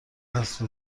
قصر